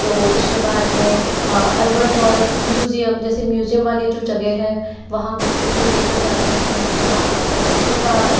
तो उसके बाद में अल्बर्ट हॉल म्यूजियम जैसे म्यूजियम वाली जो जगह है वहाँ बच्चो को ले कर जाते हैं वहाँ बच्चों का